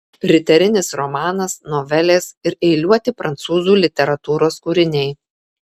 riterinis romanas novelės ir eiliuoti prancūzų literatūros kūriniai